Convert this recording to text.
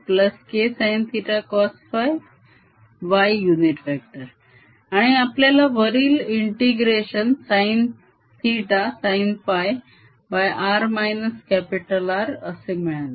KKsinθKsinθsinϕ xKsinθcosϕ आणि आपल्याला वरील integration sin ϴsinϕ असे मिळाले